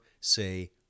say